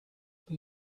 but